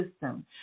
system